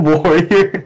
Warrior